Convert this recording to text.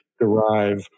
derive